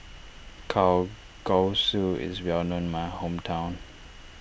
Kalguksu is well known in my hometown